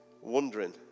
Wondering